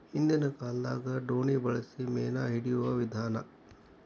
ಹಿಂದಿನ ಕಾಲದಾಗ ದೋಣಿ ಬಳಸಿ ಮೇನಾ ಹಿಡಿಯುವ ವಿಧಾನಾ